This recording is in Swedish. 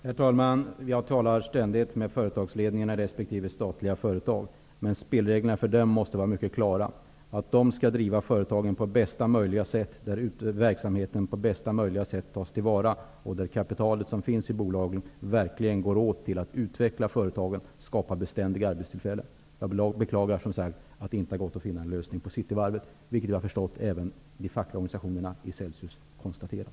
Herr talman! Jag talar ständigt med företagsledningarna för resp. statligt företag. Men spelreglerna för dem måste vara mycket klara. De skall ju driva företagen så, att verksamheten på bästa möjliga sätt tas till vara och det kapital som finns i bolagen verkligen används till att utveckla företagen och skapa beständiga arbetstillfällen. Jag beklagar, som sagt, att det inte har gått att finna en lösning på Cityvarvet, vilket även, såvitt jag förstår, de fackliga organisationerna i Celsius konstaterat.